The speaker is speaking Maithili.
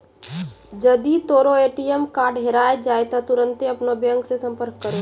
जदि तोरो ए.टी.एम कार्ड हेराय जाय त तुरन्ते अपनो बैंको से संपर्क करो